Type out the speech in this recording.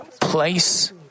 Place